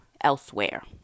elsewhere